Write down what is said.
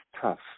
tough